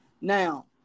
Now